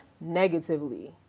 negatively